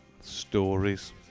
stories